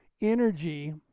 energy